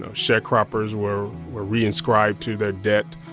ah sharecroppers were were reinscribed to their debt.